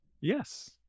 Yes